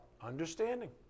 Understanding